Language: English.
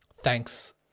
thanks